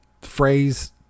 phrase